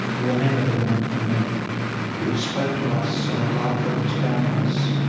remember the woman from meath who spoke to us of a love that was boundless,